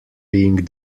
being